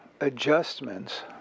adjustments